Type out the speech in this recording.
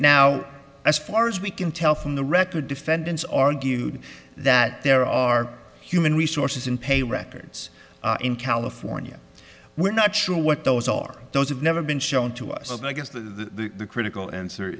now as far as we can tell from the record defendants argued that there are human resources and pay records in california we're not sure what those are those have never been shown to us and i guess the critical answer